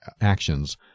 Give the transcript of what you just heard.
actions